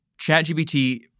ChatGPT